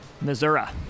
Missouri